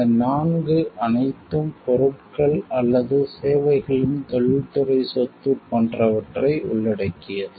இந்த 4 அனைத்தும் பொருட்கள் அல்லது சேவைகளின் தொழில்துறை சொத்து போன்றவற்றை உள்ளடக்கியது